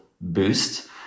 boost